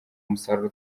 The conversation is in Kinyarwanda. umusaruro